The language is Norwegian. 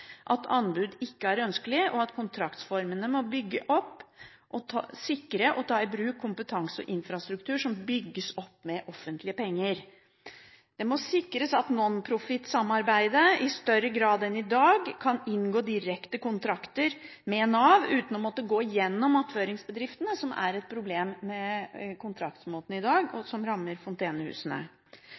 er Anbud er ikke ønskelig Kontraktsformene må bygge opp under, sikre og ta i bruk kompetanse og infrastruktur som bygges opp med offentlige penger Det må sikres at non-profit-samarbeidet i større grad enn i dag kan inngå direkte kontrakter med Nav uten å måtte gå gjennom attføringsbedriftene. Dette er et problem ved måten man inngår kontrakter på i dag, og det rammer Fontenehusene